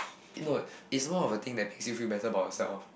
i~ know it's more of a thing that makes you feel better about yourself